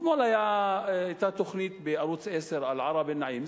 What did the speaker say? אתמול היתה תוכנית בערוץ-10 על ערב-אל-נעים.